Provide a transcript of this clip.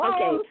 Okay